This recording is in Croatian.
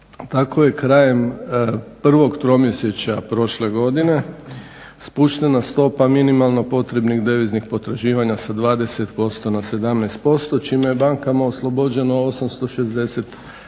Tako je krajem prvog tromjesečja prošle godine spuštena stopa minimalno potrebnih deviznih potraživanja sa 20% na 17% čime je bankama oslobođeno 860